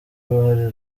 uruhare